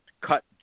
cut